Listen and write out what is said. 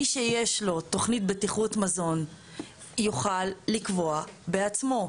מי שיש לו תוכנית בטיחות מזון יוכל לקבוע בעצמו,